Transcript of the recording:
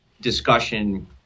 discussion